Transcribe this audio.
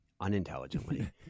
unintelligently